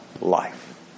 life